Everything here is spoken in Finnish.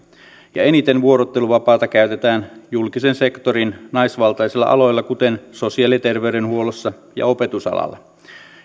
ja eniten vuorotteluvapaata käytetään julkisen sektorin naisvaltaisilla aloilla kuten sosiaali ja terveydenhuollossa ja opetusalalla